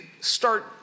start